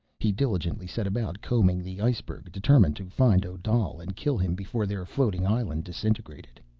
he diligently set about combing the iceberg, determined to find odal and kill him before their floating island disintegrated.